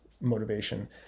motivation